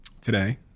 Today